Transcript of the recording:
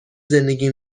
زندگی